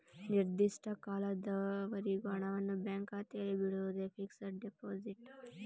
ನಿರ್ದಿಷ್ಟ ಕಾಲದವರೆಗೆ ಹಣವನ್ನು ಬ್ಯಾಂಕ್ ಖಾತೆಯಲ್ಲಿ ಬಿಡುವುದೇ ಫಿಕ್ಸಡ್ ಡೆಪೋಸಿಟ್